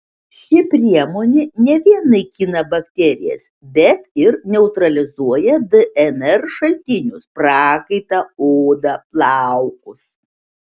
ši priemonė ne vien naikina bakterijas bet ir neutralizuoja dnr šaltinius prakaitą odą plaukus